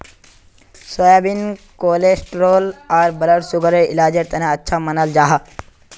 soybean cholesterol आर blood सुगरर इलाजेर तने अच्छा मानाल जाहा